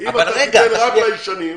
אם תיתן רק לישנים,